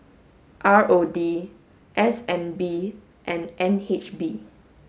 R O D S N B and N H B